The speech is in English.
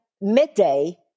midday